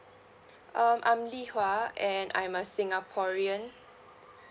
um I'm li hua and I'm a singaporean